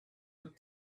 with